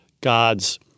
God's